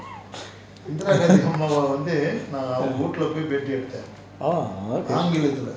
ah okay